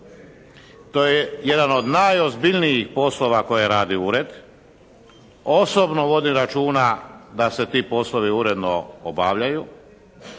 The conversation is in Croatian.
To je jedan od najozbiljnijih poslova koje radi ured. Osobno vodim računa da se ti poslovi uredno obavljaju,